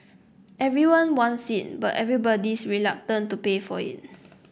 everyone wants it but everybody's reluctant to pay for it